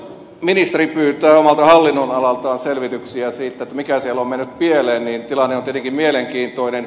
jos ministeri pyytää omalta hallinnonalaltaan selvityksiä siitä mikä siellä on mennyt pieleen niin tilanne on tietenkin mielenkiintoinen